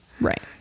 Right